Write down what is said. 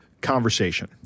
conversation